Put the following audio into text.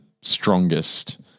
strongest